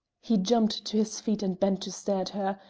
he jumped to his feet and bent to stare at her,